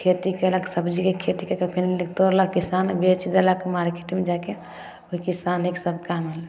खेती कएलक सब्जीके खेती कै कऽ फेन तोड़लक किसान बेचि देलक मार्केटमे जाके ओहि किसानेके सब काम होलक